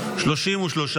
הסתייגות 134 לא נתקבלה.